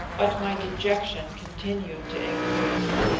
but my dejection continued to increase.